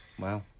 Wow